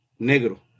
negro